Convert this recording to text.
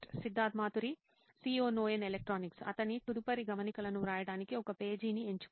Siddharth Maturi CEO నోయిన్ electronics అతని తదుపరి గమనికలను వ్రాయడానికి ఒక పేజీని ఎంచుకోవడం